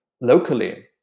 locally